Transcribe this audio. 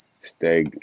stay